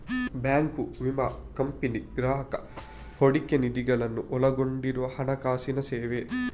bank, ವಿಮಾ company, ಗ್ರಾಹಕ ಹೂಡಿಕೆ ನಿಧಿಗಳನ್ನು ಒಳಗೊಂಡಿರುವ ಹಣಕಾಸಿನ ಸೇವೆ